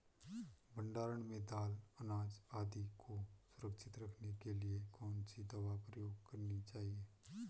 भण्डारण में दाल अनाज आदि को सुरक्षित रखने के लिए कौन सी दवा प्रयोग करनी चाहिए?